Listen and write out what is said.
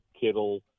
Kittle